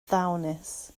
ddawnus